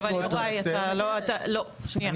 טוב, יוראי, לא, שנייה.